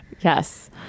Yes